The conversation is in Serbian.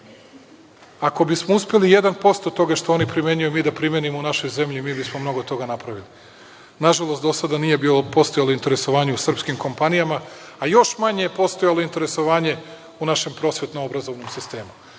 Ako bismo uspeli 1% od toga što oni primenjuju i mi da primenimo u našoj zemlji, mi bismo mnogo toga napravili. Nažalost, do sada nije bilo postojalo interesovanju u srpskim kompanijama, a još manje je postojalo interesovanje u našem prosvetno-obrazovnom sistemu.